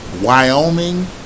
Wyoming